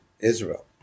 Israel